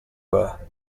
her